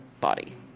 body